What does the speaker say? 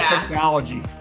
technology